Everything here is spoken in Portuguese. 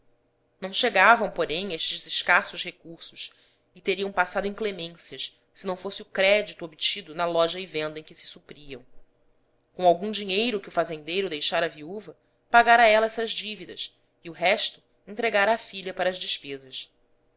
não chegavam porém estes escassos recursos e teriam passado inclemências se não fosse o crédito obtido na loja e venda em que se supriam com algum dinheiro que o fazendeiro deixara à viúva pagara ela essas dívidas e o resto entregara à filha para as des pesas